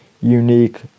unique